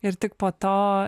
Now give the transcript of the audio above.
ir tik po to